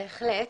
בהחלט.